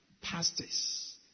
pastors